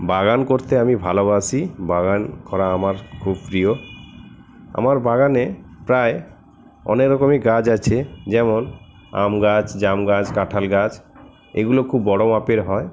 বাগান করতে আমি ভালোবাসি বাগান করা আমার খুব প্রিয় আমার বাগানে প্রায় অনেক রকমই গাছ আছে যেমন আজ গাছ জাম গাছ কাঁঠাল গাছ এগুলো খুব বড়ো মাপের হয়